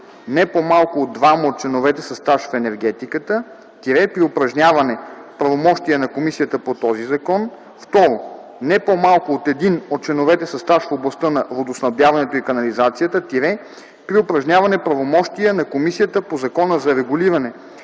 не по-малко от двама от членовете със стаж в енергетиката – при упражняване правомощията на комисията по този закон; 2. не по-малко от един от членовете със стаж в областта на водоснабдяването и канализацията – при упражняване правомощия на комисията по Закона за регулиране